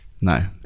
No